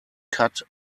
cut